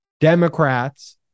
Democrats